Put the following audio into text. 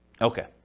Okay